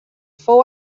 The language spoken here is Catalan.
fou